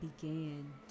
began